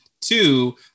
Two